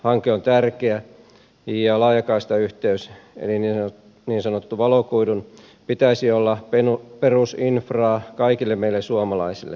hanke on tärkeä ja laajakaistayhteyden niin sanotun valokuidun pitäisi olla perusinfraa kaikille meille suomalaisille